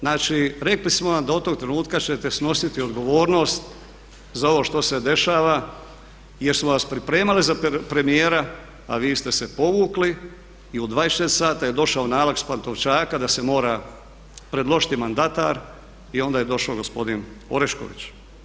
Znači rekli smo vam da od tog trenutka ćete snositi odgovornost za ovo što se dešava jer smo vas pripremali za premijera a vi ste se povukli i u 24 sata je došao nalog s Pantovčaka da se mora predložiti mandatar i onda je došao gospodin Orešković.